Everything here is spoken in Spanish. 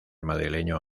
madrileño